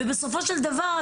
בסופו של דבר,